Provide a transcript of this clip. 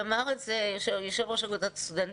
ואמר את זה יושב-ראש אגודת הסטודנטים,